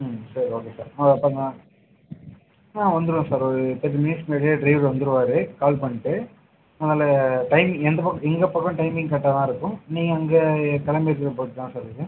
ம் சரி okay sir ஆ அப்போ நான் வந்துடுவோம் சார் ஒரு தேட்டி மினிட்ஸ்ஸுக்கு முன்னாடியே டிரைவர் வந்துருவார் கால் பண்ணிட்டு அதனால் டைமிங் எங்கள் பக்கம் எங்கள் பக்கம் டைமிங் கரெக்ட்டாக தான் இருக்கும் நீங்கள் அங்கே கிளம்பி இருக்கிறத பொறுத்து தான் சார் இருக்குது